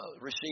receive